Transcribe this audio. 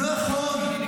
נכון.